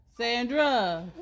Sandra